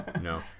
no